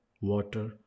water